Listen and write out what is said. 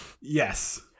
Yes